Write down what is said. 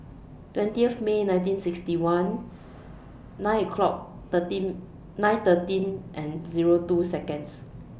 twentieth May nineteen sixty one nine o'clock thirteen nine thirteen and Zero two Seconds